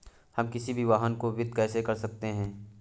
हम किसी भी वाहन को वित्त कैसे कर सकते हैं?